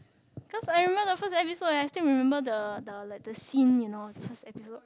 cause I remember the first episode and I still remember the the like the scene you know the first episode